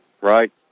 right